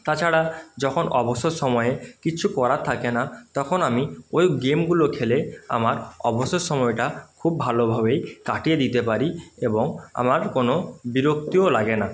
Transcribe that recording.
তাছাড়া যখন অবসর সময়ে কিছু করার থাকে না তখন আমি ওই গেমগুলো খেলে আমার অবসর সময়টা খুব ভালোভাবেই কাটিয়ে দিতে পারি এবং আমার কোনো বিরক্তিও লাগে না